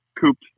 cooped